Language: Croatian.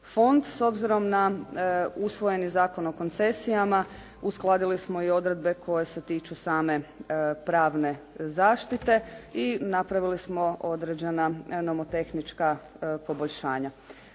fond. S obzirom na usvojeni Zakon o koncesijama uskladili smo i odredbe koje se tiču same pravne zaštite i napravili smo određena nomotehnička poboljšanja.